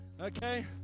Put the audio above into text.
okay